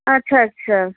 আচ্ছা আচ্ছা